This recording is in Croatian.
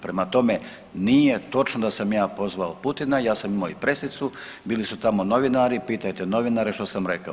Prema tome, nije točno da sam ja pozvao Putina, ja sam imao i presicu, bili su tamo novinari pitajte novinare što sam rekao.